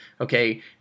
okay